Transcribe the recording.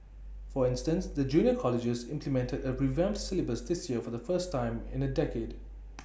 for instance the junior colleges implemented A revamped syllabus this year for the first time in A decade